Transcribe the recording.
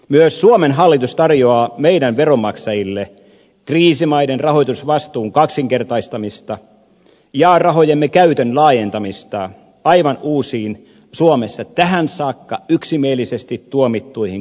myös suomen hallitus tarjoaa meidän veronmaksajillemme kriisimaiden rahoitusvastuun kaksinkertaistamista ja rahojemme käytön laajentamista aivan uusiin suomessa tähän saakka yksimielisesti tuomittuihin käyttömuotoihin